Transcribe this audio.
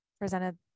presented